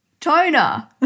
toner